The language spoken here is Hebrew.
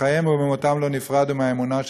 בחייהם ובמותם לא נפרדו מהאמונה שלהם,